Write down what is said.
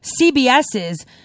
cbs's